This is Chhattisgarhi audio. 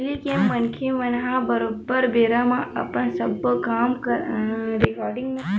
पहिली के मनखे मन ह बरोबर बेरा म अपन सब्बो काम ल करय ता ओमन ह जादा बीमार नइ पड़त रिहिस हे